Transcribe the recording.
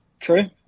True